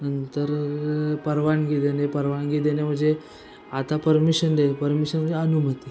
नंतर परवानगी देणे परवानगी देणे म्हणजे आता परमिशन दे परमिशन म्हणजे अनुमती